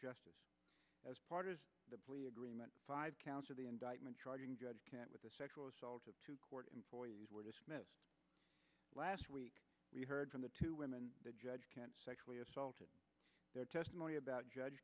justice as part of the plea agreement five counts of the indictment charging can with the sexual assault of two court employees were dismissed last week we heard from the two women the judge can't sexually assaulted their testimony about judge